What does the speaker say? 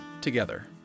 together